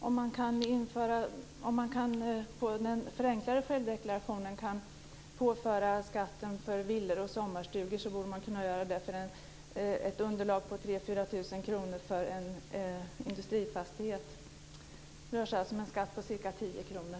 Om man på den förenklade självdeklarationen kan påföra skatten för villor och sommarstugor borde man kunna göra det också för ett underlag på 3 000-4 000 kr för en industrifastighet. Det rör sig, som sagt, om en skatt på ca 10 kr.